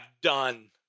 done